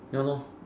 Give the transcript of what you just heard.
ya